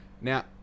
Now